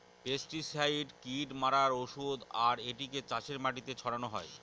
pesticide কীট মারার ঔষধ আর এটিকে চাষের মাটিতে ছড়ানো হয়